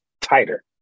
tighter